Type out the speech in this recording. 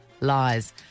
Lies